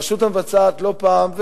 הרשות המבצעת לא פעם,